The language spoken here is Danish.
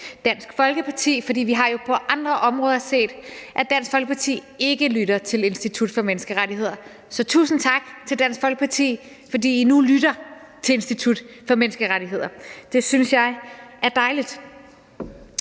Dansk Folkeparti, for vi har jo på andre områder set, at Dansk Folkeparti ikke lytter til Institut for Menneskerettigheder. Så tusind tak til Dansk Folkeparti, fordi I nu lytter til Institut for Menneskerettigheder – det synes jeg er dejligt.